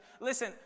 Listen